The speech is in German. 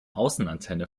außenantenne